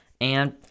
And-